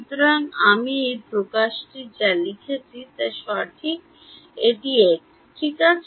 সুতরাং আমি এই প্রকাশটি যে লিখেছি তা সঠিক এটি এক্স ঠিক আছে